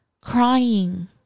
crying